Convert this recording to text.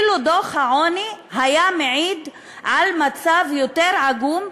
דוח העוני היה מעיד על מצב אפילו יותר עגום,